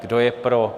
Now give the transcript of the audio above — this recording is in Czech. Kdo je pro?